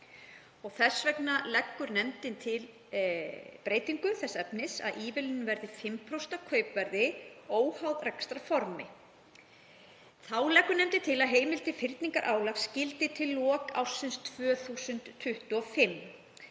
Þess vegna leggur nefndin til breytingu þess efnis að ívilnunin verði 5% af kaupverði, óháð rekstrarformi. Þá leggur nefndin til að heimild til fyrningarálags gildi til loka árs 2025.